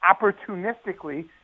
opportunistically